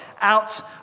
out